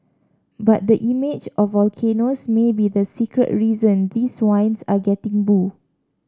but the image of volcanoes may be the secret reason these wines are getting bu